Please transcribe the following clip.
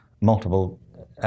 multiple